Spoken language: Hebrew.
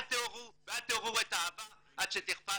אל תעוררו את האהבה עד שתחפץ,